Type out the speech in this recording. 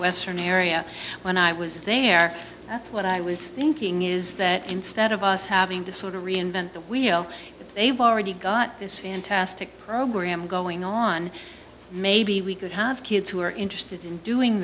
western area when i was there when i was thinking is that instead of us having to sort of reinvent the wheel they've already got this fantastic program going on maybe we could have kids who are interested in doing